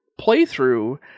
playthrough